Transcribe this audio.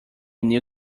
new